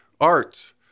art